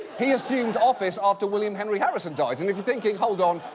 he assumed office after william henry harrison died and if you're thinking, hold on,